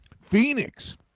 Phoenix